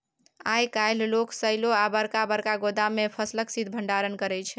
आइ काल्हि लोक साइलो आ बरका बरका गोदाम मे फसलक शीत भंडारण करै छै